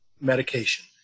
medication